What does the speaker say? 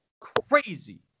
crazy